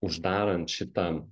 uždarant šitą